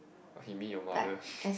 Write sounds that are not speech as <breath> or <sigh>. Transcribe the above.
oh he mean your mother <breath>